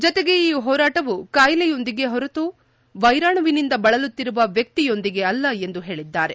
ಜತೆಗೆ ಈ ಹೋರಾಟವು ಕಾಯಿಲೆಯೊಂದಿಗೆ ಹೊರತು ವೈರಾಣುವಿನಿಂದ ಬಳಲುತ್ತಿರುವ ವ್ಚಕ್ತಿಯೊಂದಿಗೆ ಅಲ್ಲ ಎಂದು ಹೇಳಿದ್ದಾರೆ